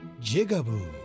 Jigaboo